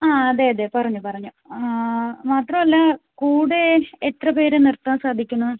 ആ അതെ അതെ പറഞ്ഞു പറഞ്ഞു മാത്രം അല്ല കൂടെ എത്ര പേരെ നിർത്താൻ സാധിക്കുന്നത്